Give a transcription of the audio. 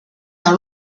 dans